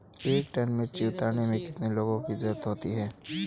एक टन मिर्ची उतारने में कितने लोगों की ज़रुरत होती है?